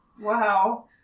Wow